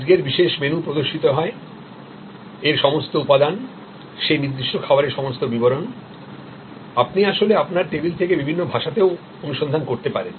আজকের বিশেষ মেনু প্রদর্শিত হয় এর সমস্ত উপাদান সেই নির্দিষ্ট খাবারের সমস্ত বিবরণ আপনি আসলে আপনার টেবিল থেকে বিভিন্ন ভাষাতেও অনুসন্ধান করতে পারেন